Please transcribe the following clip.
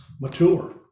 mature